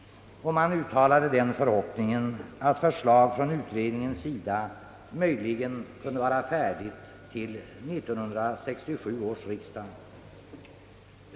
Man uttalade förhoppningen att förslag från utredningen möjligen kunde vara färdigt till 1967 års riksdag.